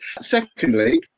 Secondly